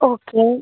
okay